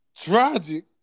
Tragic